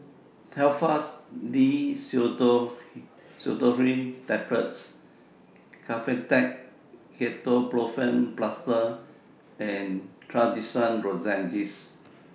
Telfast D Pseudoephrine Tablets Kefentech Ketoprofen Plaster and Trachisan Lozenges